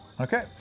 Okay